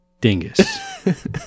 Dingus